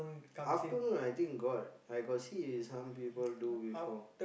afternoon I think got I got see some people do before